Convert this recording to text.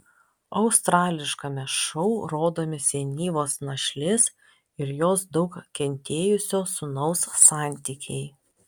australiškame šou rodomi senyvos našlės ir jos daug kentėjusio sūnaus santykiai